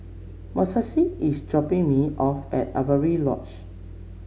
Montserrat is dropping me off at Avery Lodge